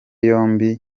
yombi